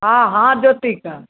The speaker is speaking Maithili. हँ हँ ज्योतिके